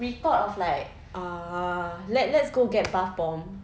we thought of like uh let let's go get bath bombs